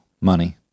money